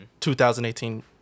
2018